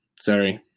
sorry